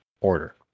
order